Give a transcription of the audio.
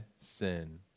sin